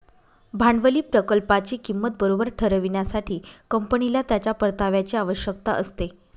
भांडवली प्रकल्पाची किंमत बरोबर ठरविण्यासाठी, कंपनीला त्याच्या परताव्याची आवश्यकता असते